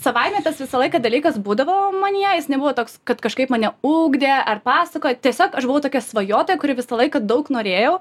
savaime tas visą laiką dalykas būdavo manyje jis nebuvo toks kad kažkaip mane ugdė ar pasakojo tiesiog aš buvau tokia svajotoja kuri visą laiką daug norėjau